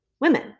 women